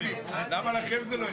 לקבל מהמשרדים את המפרטים שהם כתבו,